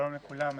שלום לכולם.